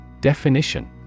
Definition